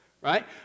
right